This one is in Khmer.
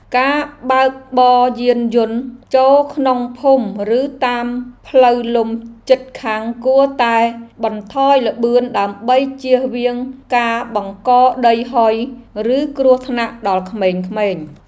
ការបើកបរយានយន្តចូលក្នុងភូមិឬតាមផ្លូវលំជិតខាងគួរតែបន្ថយល្បឿនដើម្បីជៀសវាងការបង្កដីហុយឬគ្រោះថ្នាក់ដល់ក្មេងៗ។